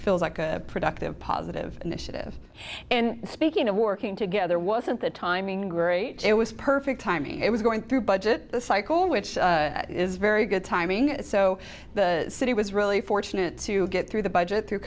feels like a productive positive initiative and speaking of working together wasn't the timing great it was perfect timing it was going through budget cycle which is very good timing so the city was really fortunate to get through the budget through